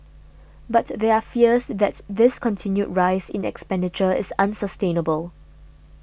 but there are fears that this continued rise in expenditure is unsustainable